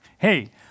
Hey